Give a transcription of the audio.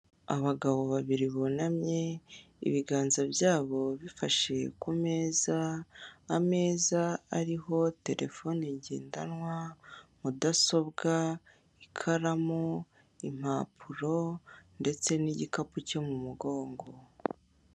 Abagabo babiri bunamye ibiganza byabo bifashe ku meza, ameza ariho terefone ngendanwa, mudasobwa, ikaramu, impapuro ndetse n'igikapu cyo mu mugongo.